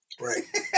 Right